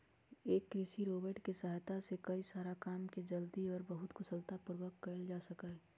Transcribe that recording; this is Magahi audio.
एक कृषि रोबोट के सहायता से कई सारा काम के जल्दी और बहुत कुशलता पूर्वक कइल जा सका हई